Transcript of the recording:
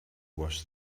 wash